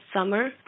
summer